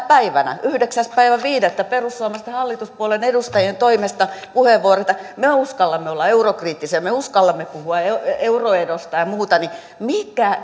päivänä yhdeksäs viidettä perussuomalaisten hallituspuolueen edustajien toimesta puheenvuoroja että me uskallamme olla eurokriittisiä me uskallamme puhua euroerosta ja ja muuta mikä